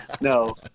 no